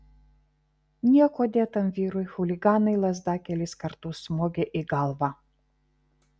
niekuo dėtam vyrui chuliganai lazda kelis kartus smogė į galvą